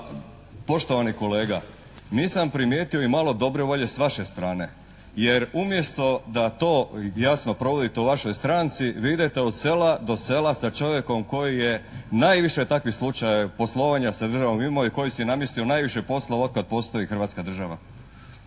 Pa poštovani kolega, nisam primijetio i malo volje s vaše strane. Jer umjesto da to jasno provodite u vašoj stranci, vi idete od sela do sela sa čovjekom koji je najviše takvih slučajeva poslovanja sa državom imao i koji si namjestio najviše posla od kada postoji Hrvatska država.